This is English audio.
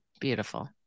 Beautiful